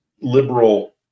liberal